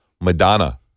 Madonna